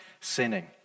sinning